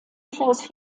klaus